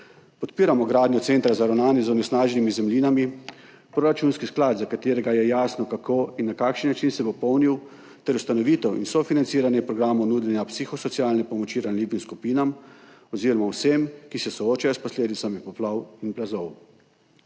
Podpiramo gradnjo centra za ravnanje z onesnaženimi zemljinami, proračunski sklad, za katerega je jasno, kako in na kakšen način se bo polnil, ter ustanovitev in sofinanciranje programov nudenja psihosocialne pomoči ranljivim skupinam oziroma vsem, ki se soočajo s posledicami poplav in plazov.